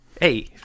hey